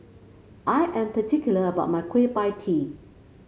I am particular about my Kueh Pie Tee